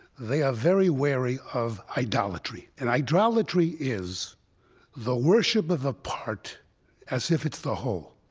they are very wary of idolatry. and idolatry is the worship of a part as if it's the whole.